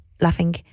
laughing